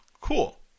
Cool